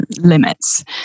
limits